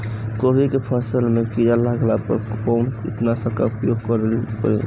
गोभी के फसल मे किड़ा लागला पर कउन कीटनाशक का प्रयोग करे?